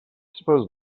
suppose